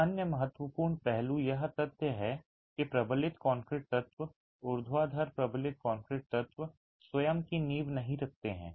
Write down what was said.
एक अन्य महत्वपूर्ण पहलू यह तथ्य है कि प्रबलित कंक्रीट तत्व ऊर्ध्वाधर प्रबलित कंक्रीट तत्व स्वयं की नींव नहीं रखते हैं